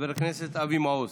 חבר הכנסת אבי מעוז.